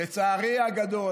לצערי הגדול,